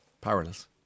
Powerless